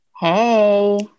hey